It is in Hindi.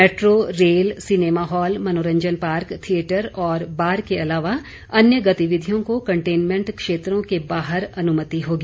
मेटरो रेल सिनेमा हाल मनोरंजन पार्क थियेटर और बार के अलावा अन्य गतिविधियों को कंटनेमेंट क्षेत्रों के बाहर अनुमति होगी